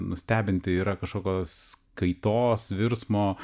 nustebinti yra kažkokios kaitos virsmo